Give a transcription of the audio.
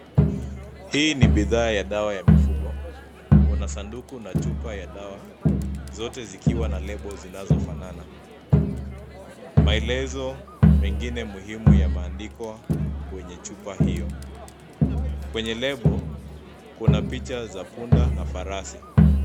Hii ni bidhaa ya dawa ya mifugo. Kuna sanduku na chupa ya dawa zote zikiwa na lebo zinazofanana. Maelezo mengine muhimu yameandikwa kwenye chupa hiyo. Kwenye lebo, kuna picha za punda na farasi.